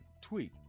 tweet